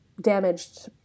damaged